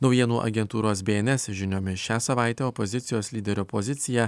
naujienų agentūros bns žiniomis šią savaitę opozicijos lyderio pozicija